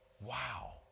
Wow